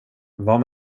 var